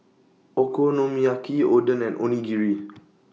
Okonomiyaki Oden and Onigiri